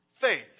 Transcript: faith